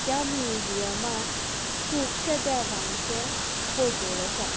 त्या म्युजीयमान खूबशे देवांचे फोटोझ आसा